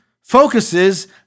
focuses